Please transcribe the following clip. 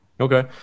Okay